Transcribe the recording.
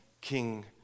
King